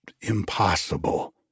impossible